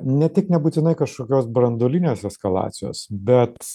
ne tik nebūtinai kažkokios branduolinės eskalacijos bet